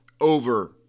over